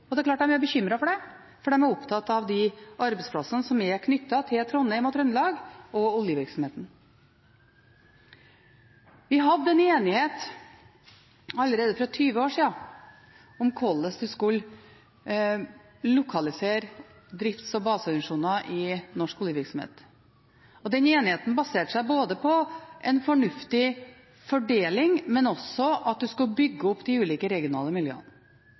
og Trondheims-regionen. Det er klart de var bekymret for det, for de var opptatt av de arbeidsplassene som er knyttet til Trondheim og Trøndelag og oljevirksomheten. Vi hadde en enighet allerede for 20 år siden om hvordan en skulle lokalisere drifts- og baseorganisasjoner i norsk oljevirksomhet. Den enigheten baserte seg både på en fornuftig fordeling og på at en skulle bygge opp de ulike regionale miljøene.